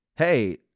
hey